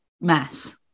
mess